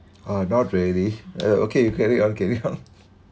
ah not really uh okay you carry on carry on